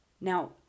now